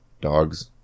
dogs